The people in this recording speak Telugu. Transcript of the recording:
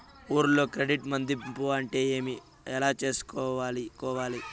ఊర్లలో క్రెడిట్ మధింపు అంటే ఏమి? ఎలా చేసుకోవాలి కోవాలి?